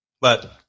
But-